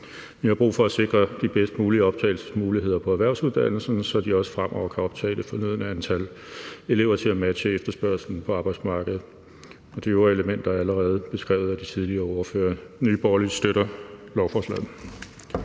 Vi har brug for at sikre de bedst mulige optagelsesmuligheder på erhvervsuddannelserne, så de også fremover kan optage det fornødne antal elever til at matche efterspørgslen på arbejdsmarkedet. Og de øvrige elementer er allerede beskrevet af de tidligere ordførere. Nye Borgerlige støtter lovforslaget.